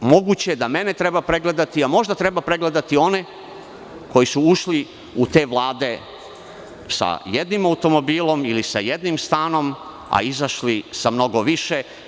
Moguće je da mene treba pregledati, a možda treba pregledati one koji su ušli u te vlade sa jednim automobilom ili sa jednim stanom, a izašli sa mnogo više.